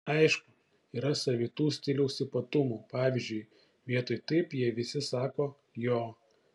aišku yra savitų stiliaus ypatumų pavyzdžiui vietoj taip jie visi sako jo